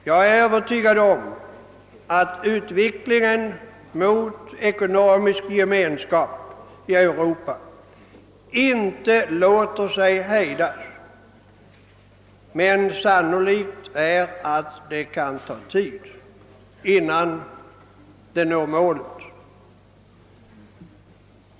Jag är övertygad om att utvecklingen mot ekonomisk gemenskap i Europa inte låter sig hejdas, men det är sannolikt att det kan ta tid innan den når målet.